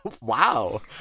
wow